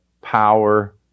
power